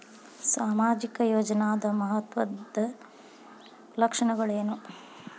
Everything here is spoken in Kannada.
ಸಾಮಾಜಿಕ ಯೋಜನಾದ ಮಹತ್ವದ್ದ ಲಕ್ಷಣಗಳೇನು?